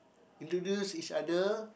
introduce each other